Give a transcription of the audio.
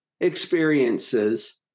experiences